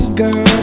girl